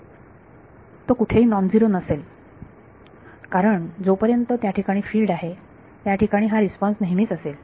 तो कुठेही non zero नसेल कारण जोपर्यंत त्या ठिकाणी फिल्ड आहे त्या ठिकाणी हा रिस्पॉन्स नेहमीच असेल